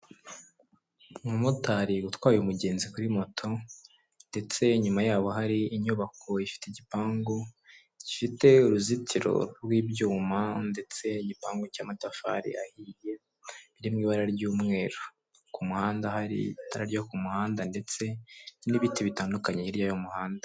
umumotari utwaye umugenzi kuri moto ndetse inyuma yabo hari inyubako ifite igipangu gifite uruzitiro rw'ibyuma, ndetse n'igipangu cy'amatafari iri mu ibara ry'umweru, ku muhanda hari itara ryo ku muhanda ndetse n'ibiti bitandukanye hirya y'umuhanda.